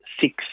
six